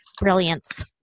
brilliance